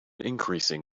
increasing